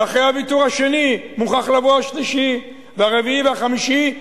ואחרי הוויתור השני מוכרח לבוא השלישי והרביעי והחמישי,